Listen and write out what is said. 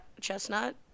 Chestnut